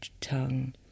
tongue